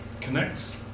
connects